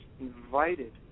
invited